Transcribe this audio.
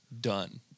Done